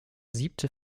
siebte